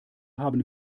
haben